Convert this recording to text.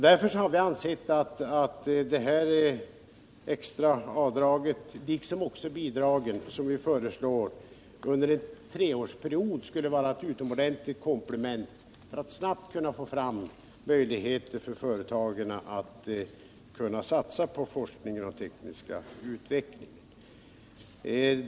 Därför har vi ansett att detta extra avdrag, liksom de bidrag vi föreslår, under den här treårsperioden skulle vara ett utomordentligt komplement för att snabbt få fram möjligheter för företagarna att satsa på forskning och teknisk utveckling.